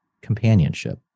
companionship